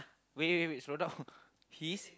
wait wait wait slow down he's